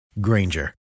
Granger